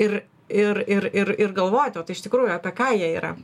ir ir ir ir ir galvoti o tai iš tikrųjų apie ką jie yra